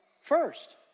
first